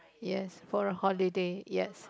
yes for a holiday yes